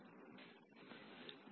ಹಾಗಾಗಿ ಇದಕ್ಕೆ ಬರೋಣ ಇದಕ್ಕೆ ಅಲ್ಲ